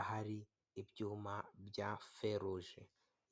Ahari ibyuma bya feruje,